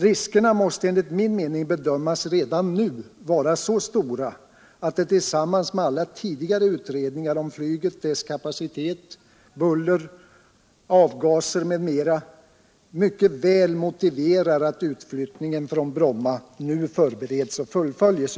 Riskerna måste enligt min mening bedömas redan Om Bromma flygplats Om Bromma flygplats nu vara så stora att de tillsammans med alla tidigare utredningar om flyget, dess kapacitet, buller, avgaser m.m. mycket väl motiverar att utflyttningen från Bromma nu förbereds och fullföljs.